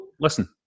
Listen